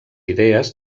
idees